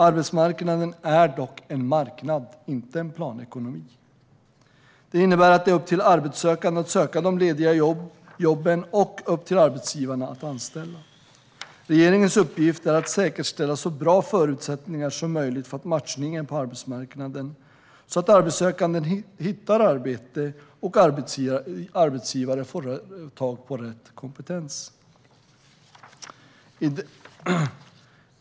Arbetsmarknaden är dock en marknad, inte en planekonomi. Det innebär att det är upp till arbetssökande att söka de lediga jobben och upp till arbetsgivarna att anställa. Regeringens uppgift är att säkerställa så bra förutsättningar som möjligt för matchningen på arbetsmarknaden så att arbetssökande hittar arbete och arbetsgivare får tag på rätt kompetens.